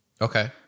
Okay